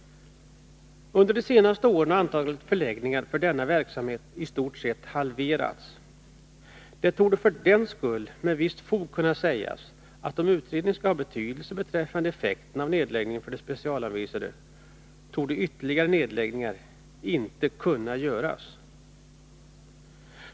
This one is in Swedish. Under de senaste åren har antalet förläggningar för denna verksamhet i stort sett halverats. Det torde för den skull med visst fog kunna sägas att om utredningen skall ha betydelse beträffande effekterna av nedläggningen för de specialanvisade torde ytterligare nedläggningar inte kunna göras.